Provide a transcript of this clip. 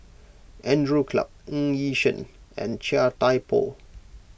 Andrew Clarke Ng Yi Sheng and Chia Thye Poh